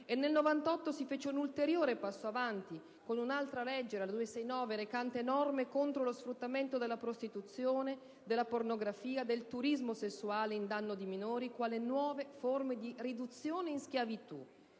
Nel 1998 si fece un ulteriore passo avanti con la legge n. 269 recante norme contro lo sfruttamento della prostituzione, della pornografia, del turismo sessuale in danno di minori quali nuove forme di riduzione in schiavitù,